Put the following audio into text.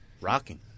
Rocking